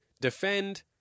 Defend